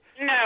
No